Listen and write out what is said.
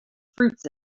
fruits